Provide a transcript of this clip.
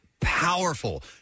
powerful